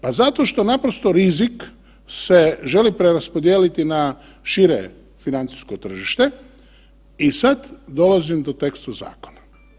Pa zato što naprosto rizik se želi preraspodijeliti na šire financijsko tržište i sad dolazim do teksta zakona.